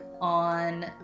On